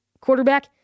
quarterback